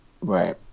right